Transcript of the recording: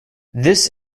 this